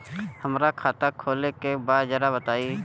हमरा खाता खोले के बा जरा बताई